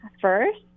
first